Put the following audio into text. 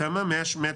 לפי מה שרשום